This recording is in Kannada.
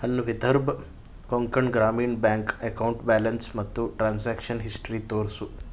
ನನ್ನ Vidarbha Konkan Gramin bank account balance ಮತ್ತು ಟ್ರಾನ್ಸಾಕ್ಷನ್ ಹಿಸ್ಟ್ರಿ ತೋರಿಸು